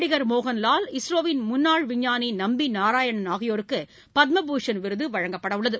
நடிகர் மோகன்லால் இஸ்ரோவின் முன்னாள் விஞ்ஞானி நம்பி நாராயணன் ஆகியோருக்கு பத்மபூஷன் விருது வழங்கப்படவுள்ளது